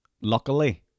luckily